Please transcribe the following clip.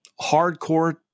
hardcore